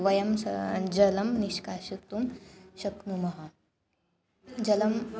वयं सः जलं निष्कासयितुं शक्नुमः जलं